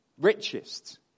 richest